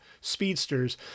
speedsters